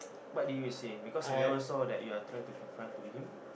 what did you say because I never saw that you are try to confront to him